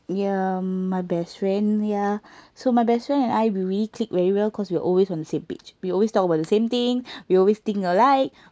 yeah my best friend ya so my best friend and I we really click very well cause we're always on the same page we always talk about the same thing we always think alike